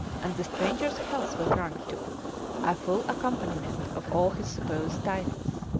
and the stranger's health was drunk to a full accompaniment of all his supposed titles.